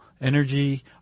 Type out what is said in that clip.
energy